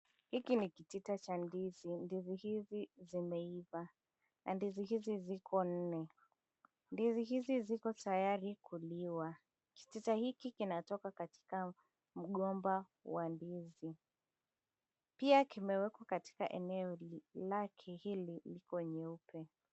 Hiki ni kitita cha ndizi, ndizi hizi zimeiva, na ndizi hizi ziko nne, ndizi hizi ziko tayari kuliwa, kitita hiki kinatoka katika mgomba wa ndizi, pia kimewekwa katika eneo lake, hili liko nyeupe.